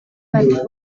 байдалд